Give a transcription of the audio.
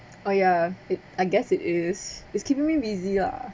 oh yeah it I guess it is it's keeping me busy ah